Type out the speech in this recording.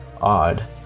odd